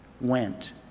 went